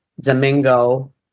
Domingo